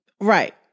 Right